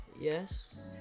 yes